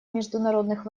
международных